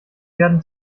werden